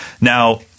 Now